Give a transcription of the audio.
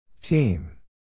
Team